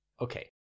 Okay